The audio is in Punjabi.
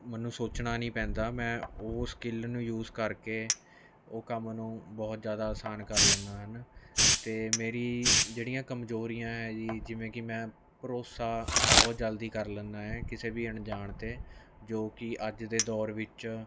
ਮੈਨੂੰ ਸੋਚਣਾ ਨਹੀਂ ਪੈਂਦਾ ਮੈਂ ਉਹ ਸਕਿੱਲ ਨੂੰ ਯੂਜ਼ ਕਰਕੇ ਉਹ ਕੰਮ ਨੂੰ ਬਹੁਤ ਜ਼ਿਆਦਾ ਅਸਾਨ ਕਰ ਲੈਂਦਾ ਹਨ ਅਤੇ ਮੇਰੀ ਜਿਹੜੀਆਂ ਕਮਜ਼ੋਰੀਆਂ ਹੈ ਜੀ ਜਿਵੇਂ ਕਿ ਮੈਂ ਭਰੋਸਾ ਬਹੁਤ ਜਲਦੀ ਕਰ ਲੈਂਦਾ ਏ ਕਿਸੇ ਵੀ ਅਣਜਾਣ 'ਤੇ ਜੋ ਕਿ ਅੱਜ ਦੇ ਦੌਰ ਵਿੱਚ